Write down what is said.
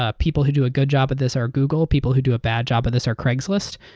ah people who do a good job of this are google. people who do a bad job of this are craigslist.